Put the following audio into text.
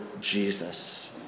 Jesus